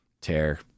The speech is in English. tear